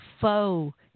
faux